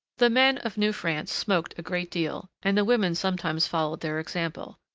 the men of new france smoked a great deal, and the women sometimes followed their example.